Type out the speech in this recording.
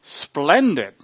splendid